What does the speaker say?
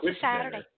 Saturday